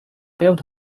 built